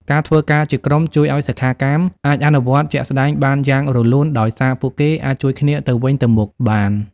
ការធ្វើការជាក្រុមជួយឲ្យសិក្ខាកាមអាចអនុវត្តជាក់ស្ដែងបានយ៉ាងរលូន ដោយសារពួកគេអាចជួយគ្នាទៅវិញទៅមកបាន។